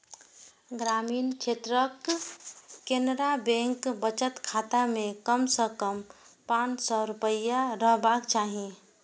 ग्रामीण क्षेत्रक केनरा बैंक बचत खाता मे कम सं कम पांच सय रुपैया रहबाक चाही